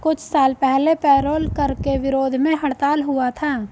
कुछ साल पहले पेरोल कर के विरोध में हड़ताल हुआ था